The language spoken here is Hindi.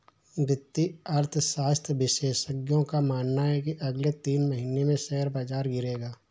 वित्तीय अर्थशास्त्र विशेषज्ञों का मानना है की अगले तीन महीने में शेयर बाजार गिरेगा